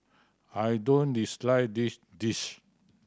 I don't dislike this dish